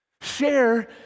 Share